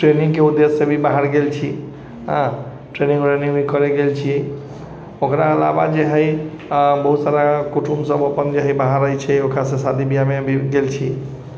ट्रेनिङ्गके उद्देश्य से भी बाहर गेल छी हँ ट्रेनिङ्ग उरेनिङ्ग भी करै लऽ गेल छी ओकरा अलावा जे हइ बहुत सारा कुटुम्ब सभ अपन जे हइ बाहर रहैत छै ओकरासँ शादी बिआहमे भी गेल छी